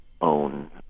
own